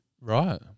right